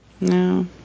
No